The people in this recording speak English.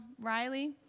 Riley